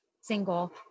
single